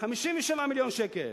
57 מיליוני שקל.